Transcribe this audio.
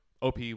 OP